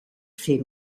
fer